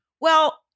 Well-